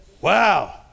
Wow